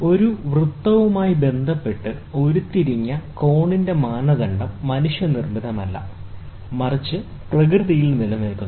ഒരു വൃത്തവുമായി ബന്ധപ്പെട്ട് ഉരുത്തിരിഞ്ഞ ഒരു കോണിന്റെ മാനദണ്ഡം മനുഷ്യനിർമ്മിതമല്ല മറിച്ച് പ്രകൃതിയിൽ നിലനിൽക്കുന്നു